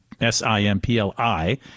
S-I-M-P-L-I